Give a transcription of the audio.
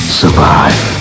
survive